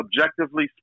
objectively